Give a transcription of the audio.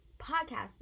podcasting